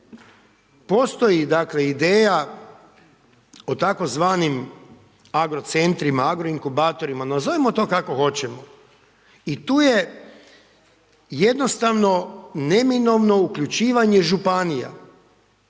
Postoji dakle ideja o tzv. agrocentrima, agroinkubatorima, nazovimo to kako hoćemo i tu je jednostavno neminovno uključivanje županija,